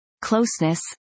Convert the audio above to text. closeness